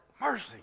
mercy